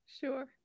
Sure